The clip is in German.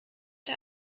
der